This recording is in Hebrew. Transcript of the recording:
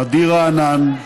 עדי רענן,